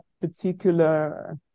particular